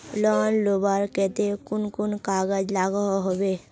Loan लुबार केते कुन कुन कागज लागोहो होबे?